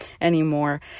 anymore